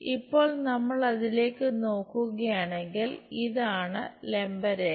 ഇപ്പോൾ നമ്മൾ അതിലേക്കു നോക്കുകയാണെങ്കിൽ ഇതാണ് ലംബ രേഖ